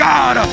God